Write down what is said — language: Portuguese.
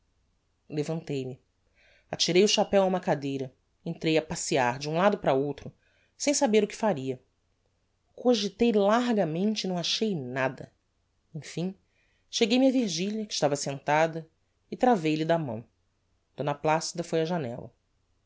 levantei-me atirei o chapeu a uma cadeira e entrei a passeiar de um lado para outro sem saber o que faria cogitei largamente e não achei nada emfim cheguei-me a virgilia que estava sentada e travei lhe da mão d placida foi á janella